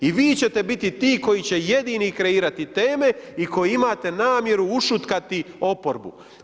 I vi ćete biti ti koji će jedini kreirati teme i koji imate namjeru ušutkati oporbu.